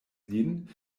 lin